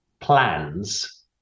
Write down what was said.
plans